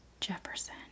Jefferson